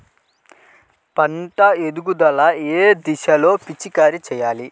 పంట ఎదుగుదల ఏ దశలో పిచికారీ చేయాలి?